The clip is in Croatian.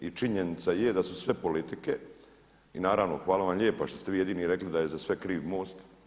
I činjenica je da su sve politike i naravno hvala vam lijepa što ste vi jedini rekli da je za sve kriv MOST.